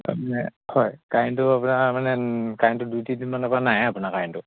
হয় কাৰেণ্টটো আপোনাৰ মানে কাৰেণ্টটো দুই তিনিদিনমানৰ পৰা নাই আপোনাৰ কাৰেণ্টটো